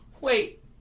wait